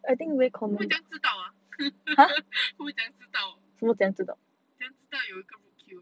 who 会真么样知道 ah who 真么样知道真么样知道有那个 roadkill